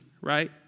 right